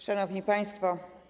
Szanowni Państwo!